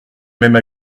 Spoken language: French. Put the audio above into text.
même